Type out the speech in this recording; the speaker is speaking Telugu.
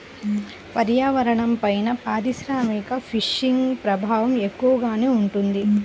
పర్యావరణంపైన పారిశ్రామిక ఫిషింగ్ ప్రభావం ఎక్కువగానే ఉంటుంది